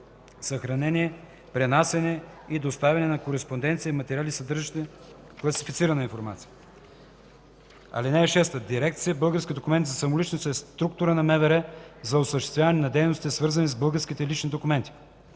съхранение, пренасяне и доставяне на кореспонденция и материали, съдържащи класифицирана информация. (6) Дирекция „Български документи за самоличност” е структура на МВР за осъществяване на дейностите, свързани с българските лични документи.